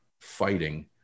fighting